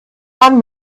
man